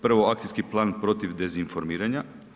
Prvo akcijski plan protiv dezinformiranja.